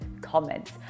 comments